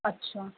अच्छा